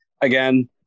Again